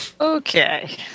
Okay